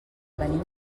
venim